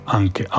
anche